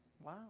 Wow